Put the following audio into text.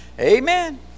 Amen